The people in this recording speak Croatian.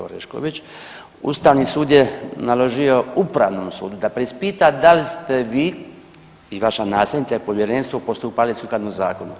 Orešković, ustavni sud je naložio upravnom sudu da preispita da li ste vi i vaša nasljednica i povjerenstvo postupali sukladno zakonu.